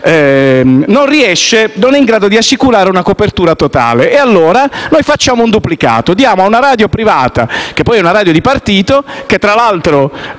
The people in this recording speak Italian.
dal canone, non è in grado di assicurare una copertura totale. Noi allora facciamo un duplicato: diamo a una radio privata, che poi è una radio di partito - tra l'altro,